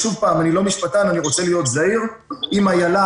אם איילה,